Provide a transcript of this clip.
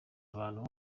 abantu